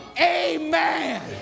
Amen